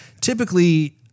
typically